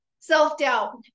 Self-doubt